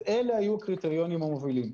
אז אלה היו הקריטריונים המובילים.